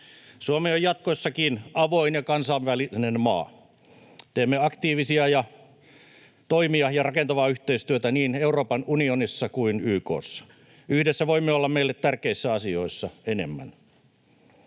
Suomi on jatkossakin avoin ja kansainvälinen maa. Teemme aktiivisia toimia ja rakentavaa yhteistyötä niin Euroopan unionissa kuin YK:ssa. Yhdessä voimme olla meille tärkeissä asioissa enemmän.